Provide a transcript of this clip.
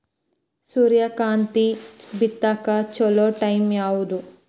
ಸೂರ್ಯಕಾಂತಿ ಬಿತ್ತಕ ಚೋಲೊ ಟೈಂ ಯಾವುದು?